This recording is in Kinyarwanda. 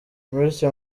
bityo